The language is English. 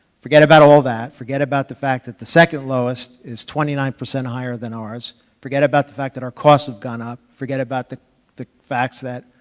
forget about all that forget about the fact that the second lowest is twenty nine percent higher than ours forget about the fact that our costs have gone up forget about the the facts that